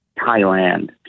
Thailand